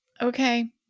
okay